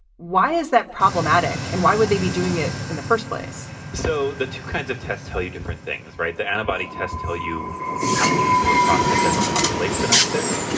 why is that problematic and why would they be doing it in the first place? so the two kinds of tests tell you different things, right? the antibody tests tell you how many people across the general population are sick,